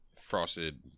frosted